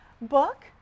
book